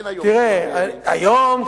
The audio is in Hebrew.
אין היום,